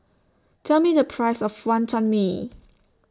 Tell Me The Price of Wonton Mee